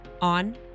on